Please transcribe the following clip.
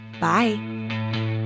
Bye